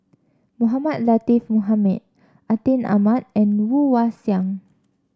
Mohamed Latiff Mohamed Atin Amat and Woon Wah Siang